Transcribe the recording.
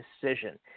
decision